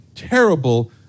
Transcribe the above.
terrible